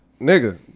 nigga